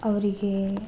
ಅವರಿಗೇ